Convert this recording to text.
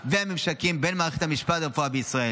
והממשקים בין מערכת המשפט לרפואה בישראל.